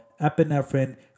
epinephrine